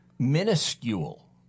Minuscule